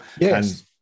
Yes